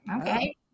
okay